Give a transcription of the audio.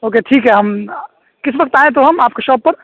okay ٹھیک ہے ہم کس وقت آئیں تو ہم آپ کی شاپ پر